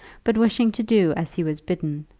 but wishing to do as he was bidden,